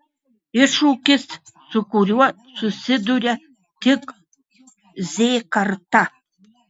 iššūkis su kuriuo susiduria tik z karta